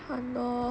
!hannor!